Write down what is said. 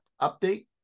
Update